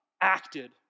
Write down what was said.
acted